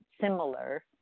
similar